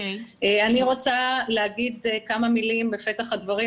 אני רוצה לומר כמה מילים בפתח הדברים,